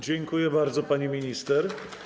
Dziękuję bardzo, pani minister.